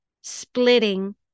splitting